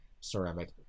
ceramic